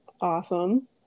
awesome